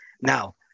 now